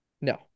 No